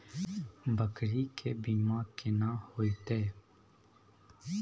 बकरी के बीमा केना होइते?